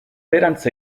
beherantz